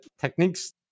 techniques